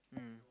mm